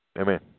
Amen